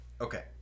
Okay